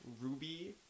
Ruby